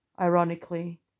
ironically